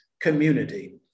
community